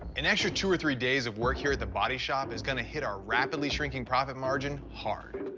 an extra two or three days of work here at the body shop is going to hit our rapidly shrinking profit margin hard,